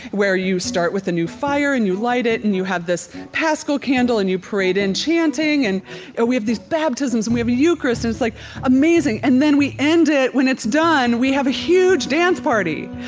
where you start with a new fire and you light it and you have this paschal candle and you parade in chanting, and and we have these baptisms and we have the eucharist and it's like amazing. and then we end it. when it's done, we have a huge dance party,